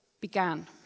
began